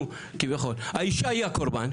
האישה היא הקורבן,